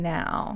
now